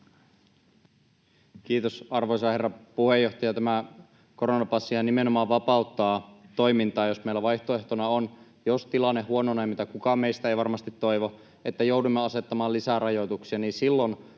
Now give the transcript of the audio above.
Kiitos, arvoisa herra puheenjohtaja! Tämä koronapassihan nimenomaan vapauttaa toimintaa. Jos meillä vaihtoehtona on — jos tilanne huononee, mitä kukaan meistä ei varmasti toivo — että joudumme asettamaan lisää rajoituksia, niin silloin